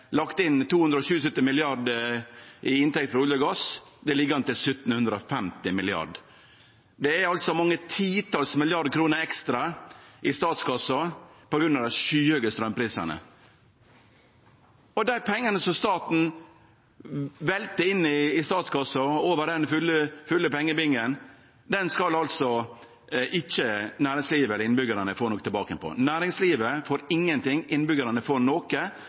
lagt inn 277 mrd. kr i inntekter frå olje og gass. Det ligg an til 1 750 mrd. kr. Det er altså mange titals milliardar kroner ekstra i statskassa på grunn av dei skyhøge straumprisane, og dei pengane som staten veltar inn i statskassa, over i den fulle pengebingen, skal ikkje næringslivet eller innbyggjarane få noko tilbake igjen av. Næringslivet får ingenting, innbyggjarane får noko,